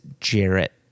Jarrett